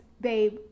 babe